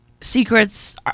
secrets